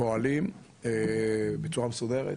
שפועלים בצורה מסודרת,